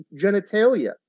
genitalia